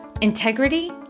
integrity